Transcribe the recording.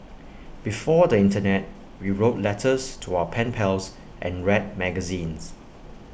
before the Internet we wrote letters to our pen pals and read magazines